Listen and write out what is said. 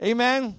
Amen